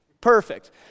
Perfect